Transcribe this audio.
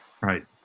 right